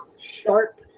sharp